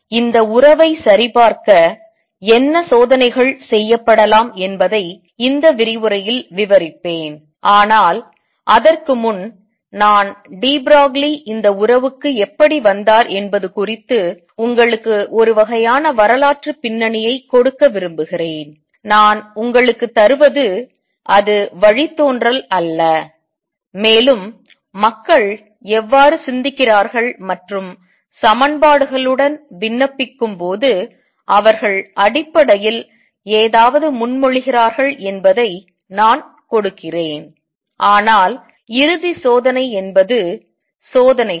எனவே இந்த உறவை சரிபார்க்க என்ன சோதனைகள் செய்யப்படலாம் என்பதை இந்த விரிவுரையில் விவரிப்பேன் ஆனால் அதற்கு முன் நான் டி ப்ரோக்லி இந்த உறவுக்கு எப்படி வந்தார் என்பது குறித்து உங்களுக்கு ஒரு வகையான வரலாற்று பின்னணியைகொடுக்க விரும்புகிறேன் நான் உங்களுக்கு தருவது அது வழித்தோன்றல் அல்ல மேலும் மக்கள் எவ்வாறு சிந்திக்கிறார்கள் மற்றும் சமன்பாடுகளுடன் விண்ணப்பிக்கும் போது அவர்கள் அடிப்படையில் ஏதாவது முன்மொழிகிறார்கள் என்பதை நான் கொடுக்கிறேன் ஆனால் இறுதி சோதனை என்பது சோதனைகள்